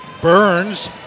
Burns